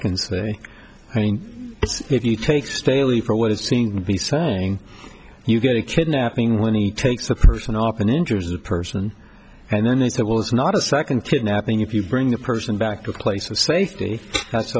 can say i mean if you take staley for what is seen to be saying you get a kidnapping when he takes the person often injures a person and then they say well it's not a second kidnapping if you bring the person back to a place of safety that's